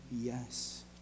yes